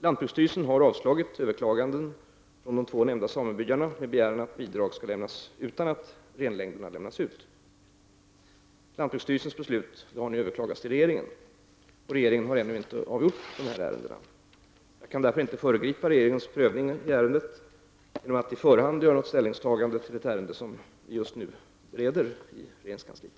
Lantbruksstyrelsen har avslagit överklaganden från de två nämnda samebyarna med begäran att bidrag skall lämnas utan att renlängderna lämnas ut. Lantbruksstyrelsens beslut har nu överklagats till regeringen. Regeringen har ännu inte avgjort ärendena. Jag kan därför inte föregripa regeringens prövning av ärendet genom att i förhand göra något ställningstagande till ett ärende som för närvarande bereds i regeringskansliet.